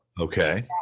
Okay